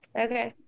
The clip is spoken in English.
Okay